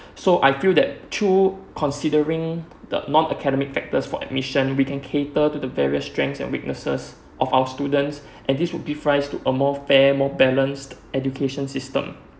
so I feel that through considering the non academic factors for admission we can cater to the various strength and weaknesses of our students and this would give rise to a more fair more balanced education system